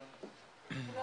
הישיבה